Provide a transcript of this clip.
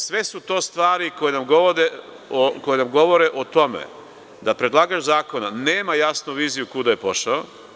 Sve su to stvari koje nam govore o tome da predlagač zakona nema jasnu viziju kuda je pošao.